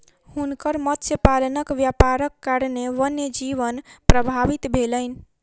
हुनकर मत्स्य पालनक व्यापारक कारणेँ वन्य जीवन प्रभावित भेलैन